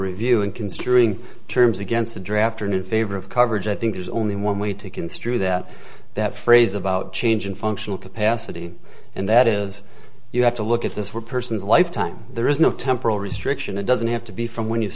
review in construing terms against a draft or new favor of coverage i think there's only one way to construe that that phrase about changing functional capacity and that is you have to look at this one person's lifetime there is no temporal restriction it doesn't have to be from when you